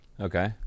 Okay